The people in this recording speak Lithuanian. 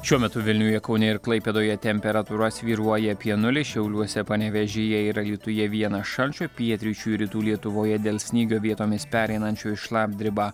šiuo metu vilniuje kaune ir klaipėdoje temperatūra svyruoja apie nulį šiauliuose panevėžyje ir alytuje vienas šalčio pietryčių ir rytų lietuvoje dėl snygio vietomis pereinančio į šlapdribą